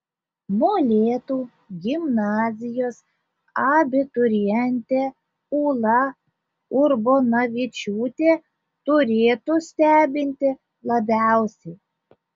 molėtų gimnazijos abiturientė ūla urbonavičiūtė turėtų stebinti labiausiai